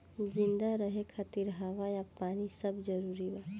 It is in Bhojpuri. जिंदा रहे खातिर हवा आ पानी सब जरूरी बा